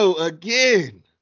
again